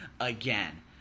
again